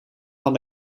van